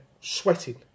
sweating